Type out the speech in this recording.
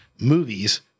movies